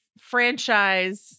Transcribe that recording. franchise